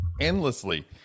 Endlessly